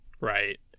right